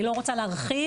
אני לא רוצה להרחיב,